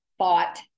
thought